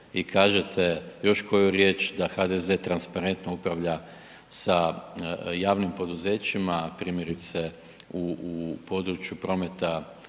i kažete još koju riječ da HDZ transparentno upravlja sa javnim poduzećima primjerice i području prometa